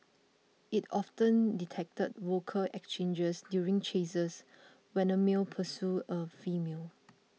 it often detected vocal exchanges during chases when a male pursued a female